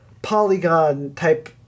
polygon-type